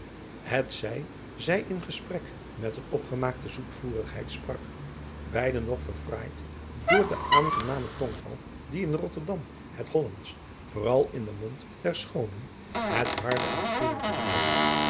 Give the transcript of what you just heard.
het zij zij in gesprek met een opgemaakte zoetvoerigheid sprak beide nog verfraaid door den aangenamen tongval die in rotterdam het hollandsch vooral in den mond der schoonen het harde en stroeve verliezen doet